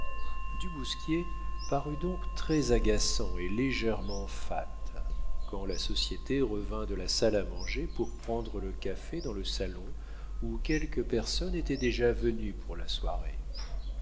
du bousquier parut donc très agaçant et légèrement fat quand la société revint de la salle à manger pour prendre le café dans le salon où quelques personnes étaient déjà venues pour la soirée